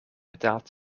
betaald